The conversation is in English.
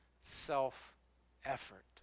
self-effort